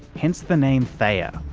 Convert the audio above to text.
hence the name theia,